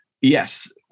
yes